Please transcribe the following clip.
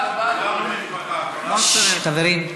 חברים,